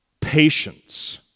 patience